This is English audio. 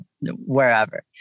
wherever